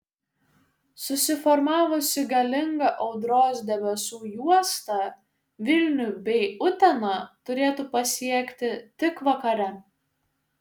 susiformavusi galinga audros debesų juosta vilnių bei uteną turėtų pasiekti tik vakare